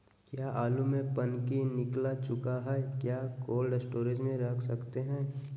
क्या आलु में पनकी निकला चुका हा क्या कोल्ड स्टोरेज में रख सकते हैं?